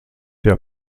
der